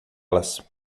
las